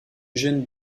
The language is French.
jeune